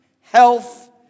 health